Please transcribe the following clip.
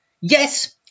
Yes